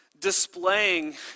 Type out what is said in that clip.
displaying